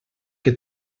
que